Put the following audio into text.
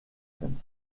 sind